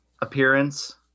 appearance